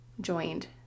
joined